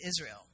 Israel